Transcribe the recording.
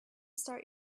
start